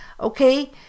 okay